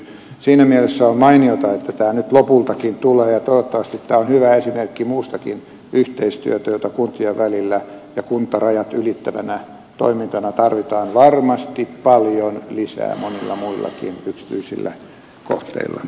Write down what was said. siinä mielessä on mainiota että tämä nyt lopultakin tulee ja toivottavasti tämä on hyvä esimerkki muustakin yhteistyöstä jota kuntien välillä ja kuntarajat ylittävänä toimintana tarvitaan varmasti paljon lisää monissa muissakin kohteissa